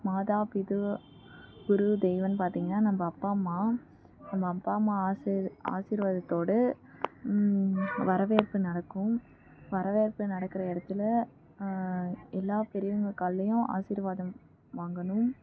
மாதா பிதா குரு தெய்வம்னு பார்த்தீங்கன்னா நம்ம அப்பா அம்மா நம்ம அப்பா அம்மா ஆசிர் ஆசிர்வாதத்தோடு வரவேற்பு நடக்கும் வரவேற்பு நடக்கிற இடத்துல எல்லா பெரியவங்க கால்லேயும் ஆசிர்வாதம் வாங்கணும்